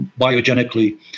biogenically